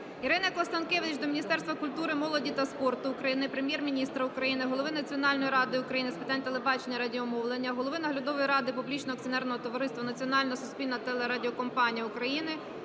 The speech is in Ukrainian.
Ірини Констанкевич до Міністерства культури, молоді та спорту України, Прем'єр-міністра України, голови Національної ради України з питань телебачення і радіомовлення, голови Наглядової ради Публічного акціонерного товариства “Національна суспільна телерадіокомпанія України”,